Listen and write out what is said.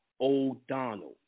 O'Donnell